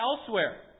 elsewhere